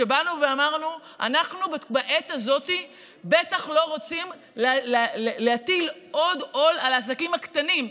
באנו ואמרנו: אנחנו בעת הזאת בטח לא רוצים להטיל עוד עול העסקים הקטנים.